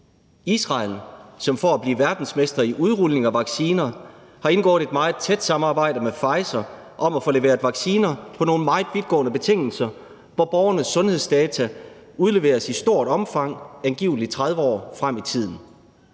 Israel, som for at blive verdensmester i udrulning af vacciner har indgået et meget tæt samarbejde med Pfizer på nogle meget vidtgående betingelser, hvor borgernes sundhedsdata udleveres i stort omfang og angiveligt 30 år frem i tiden;